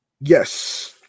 yes